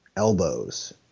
elbows